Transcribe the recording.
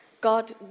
God